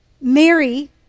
Mary